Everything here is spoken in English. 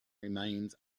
remains